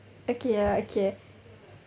okay ya okay